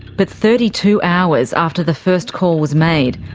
but thirty two hours after the first call was made,